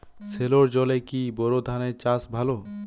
সেলোর জলে কি বোর ধানের চাষ ভালো?